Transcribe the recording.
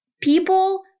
People